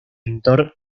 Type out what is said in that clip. pintor